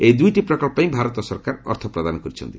ଏହି ଦୁଇଟି ପ୍ରକଳ୍ପ ପାଇଁ ଭାରତ ସରକାର ଅର୍ଥ ପ୍ରଦାନ କରିଛନ୍ତି